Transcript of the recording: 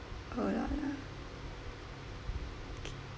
hold on ah okay